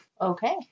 Okay